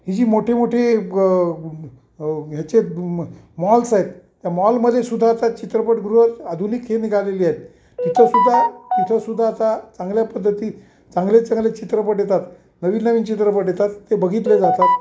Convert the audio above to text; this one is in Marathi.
ही जी मोठे मोठे ग ह्याचे म मॉल्स आहेत त्या मॉलमध्ये सुद्धा आता चित्रपटगृह आधुनिक हे निघालेली आहे तिथंसुद्धा तिथंसुद्धा आता चांगल्या पद्धतीत चांगले चांगले चित्रपट येतात नवीन नवीन चित्रपट येतात ते बघितले जातात